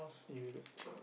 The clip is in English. you look